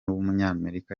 w’umunyamerika